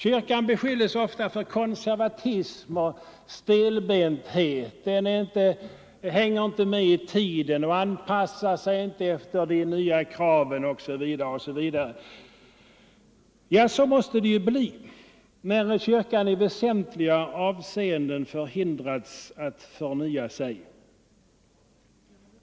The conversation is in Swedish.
Kyrkan beskylls ofta för konservatism och stelbenthet — den hänger inte med i tiden, anpassar sig inte efter de nya kraven, osv. Ja, så måste det ju bli när kyrkan i väsentliga avseenden förhindrats att förnya sig.